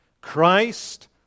Christ